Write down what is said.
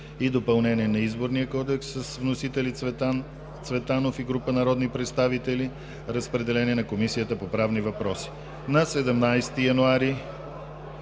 и допълнение на Изборния кодекс с вносители Цветан Цветанов и група народни представители. Разпределен е на Комисията по правни въпроси. На 17 януари